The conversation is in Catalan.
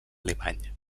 alemany